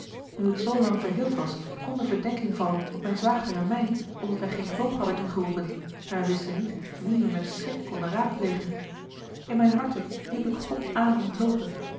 nu t zoolang verheeld was kon de verdenking vallen op mijn zwager en mij omdat wij geene hulp hadden ingeroepen en wij wisten niet wien we met schik konden raadplegen in mijn harte riep ik god aan om hulpe